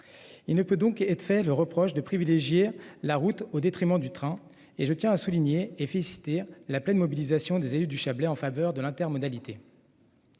Il ne peut donc de fait le reproche de privilégier la route au détriment du train et je tiens à souligner et félicité la pleine mobilisation des élus du Chablais en faveur de l'inter modalité.